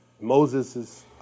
Moses